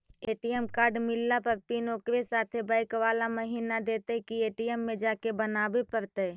ATM card मिलला पर PIN ओकरे साथे बैक बाला महिना देतै कि ए.टी.एम में जाके बना बे पड़तै?